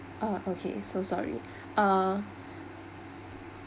ah okay so sorry ah